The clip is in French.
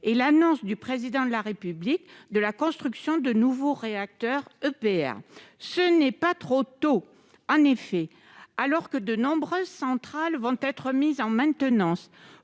que l'annonce, par le Président de la République, de la construction de nouveaux réacteurs EPR. Ce n'est pas trop tôt ! En effet, alors que de nombreuses centrales vont être mises en maintenance